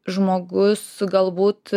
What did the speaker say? žmogus galbūt